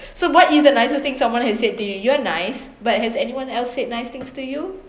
so what is the nicest thing someone has said to you're nice but has anyone else say nice things to you